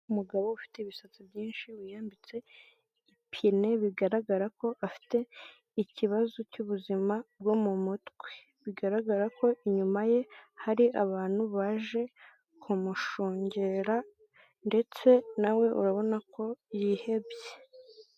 Umugabo ufite ibisatsi byinshi, wiyambitse ipine, bigaragara ko afite ikibazo cy'ubuzima bwo mu mutwe, bigaragara ko inyuma ye hari abantu baje kumushungera, ndetse nawe urabona ko yihebye.